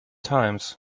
times